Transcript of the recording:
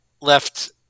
left